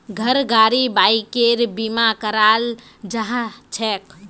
घर गाड़ी बाइकेर बीमा कराल जाछेक